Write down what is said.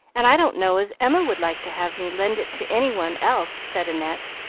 and i don't know as emma would like to have me lend it to any one else, said annette,